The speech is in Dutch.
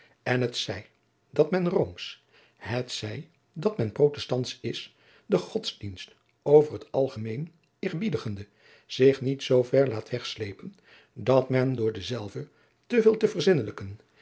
en het zij dat men roomsch het zij dat men protestantsch is den godsdienst over het algemeen eerbiedigende zich niet zoo ver laat wegslepen dat men door denzelven te veel te